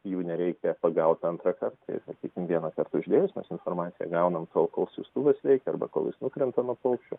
jų nereikia pagaut antrąkart tai sakykim vienąkart uždėjus mes informaciją gaunam tol kol siųstuvas veikia arba kol jis nukrenta nuo paukščio